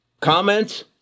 comments